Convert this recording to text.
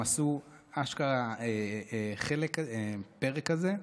הם עשו אשכרה פרק כזה,